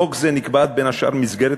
בחוק זה נקבעת, בין השאר, מסגרת